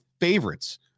favorites